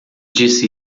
disse